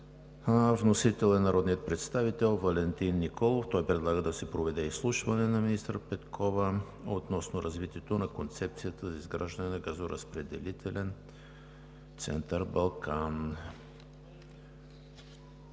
Вносител е народният представител Валентин Николов. Той предлага да се проведе изслушване на министър Петкова относно развитието на концепцията за изграждане на газоразпределителен център „Балкан“.